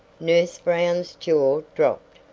nurse brown's jaw dropped,